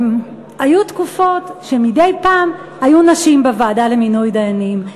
שהיו תקופות שמדי פעם היו נשים בוועדה למינוי דיינים.